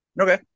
Okay